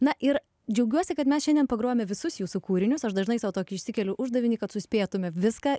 na ir džiaugiuosi kad mes šiandien pagrojome visus jūsų kūrinius aš dažnai sau tokį išsikeliu uždavinį kad suspėtume viską